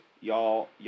Y'all